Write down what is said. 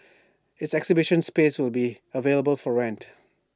its exhibition space will be available for rent